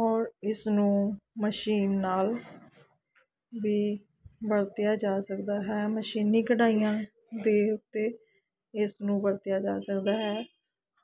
ਔਰ ਇਸ ਨੂੰ ਮਸ਼ੀਨ ਨਾਲ ਵੀ ਵਰਤਿਆ ਜਾ ਸਕਦਾ ਹੈ ਮਸ਼ੀਨੀ ਕਢਾਈਆਂ ਦੇ ਉੱਤੇ ਇਸ ਨੂੰ ਵਰਤਿਆ ਜਾ ਸਕਦਾ ਹੈ